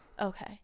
Okay